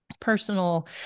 personal